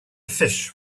fish